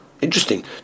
Interesting